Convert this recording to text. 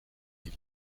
die